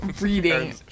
reading